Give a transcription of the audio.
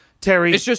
Terry